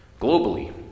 Globally